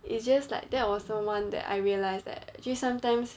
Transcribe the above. it's just like that was the one that I realised that actually sometimes